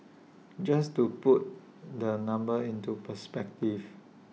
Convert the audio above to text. just to put the number into perspective